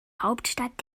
hauptstadt